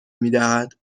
میدهد